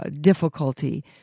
difficulty